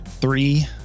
Three